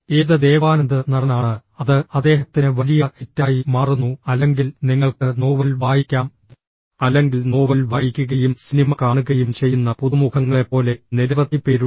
ഏത് ദേവാനന്ദ് നടനാണ് അത് അദ്ദേഹത്തിന് വലിയ ഹിറ്റായി മാറുന്നു അല്ലെങ്കിൽ നിങ്ങൾക്ക് നോവൽ വായിക്കാം അല്ലെങ്കിൽ നോവൽ വായിക്കുകയും സിനിമ കാണുകയും ചെയ്യുന്ന പുതുമുഖങ്ങളെപ്പോലെ നിരവധി പേരുണ്ട്